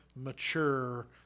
mature